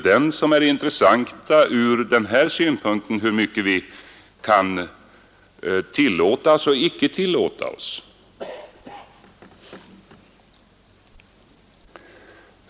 Det intressanta från den här synpunkten är hur mycket vi kan tillåta oss och hur mycket vi inte kan tillåta oss.